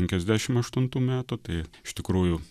penkiasdešim aštuntų metų tai iš tikrųjų